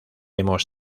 hemos